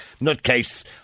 Nutcase